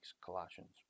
Colossians